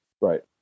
Right